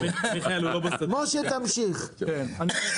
ממשיך,